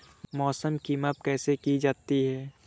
मौसम की माप कैसे की जाती है?